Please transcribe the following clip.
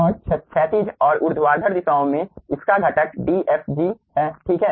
और क्षैतिज और ऊर्ध्वाधर दिशाओं में इसका घटक dFg है ठीक है